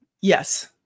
Yes